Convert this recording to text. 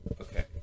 okay